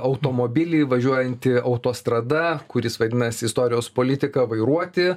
automobilį važiuojantį autostrada kuris vadinasi istorijos politika vairuoti